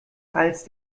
als